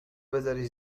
بزارش